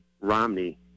Romney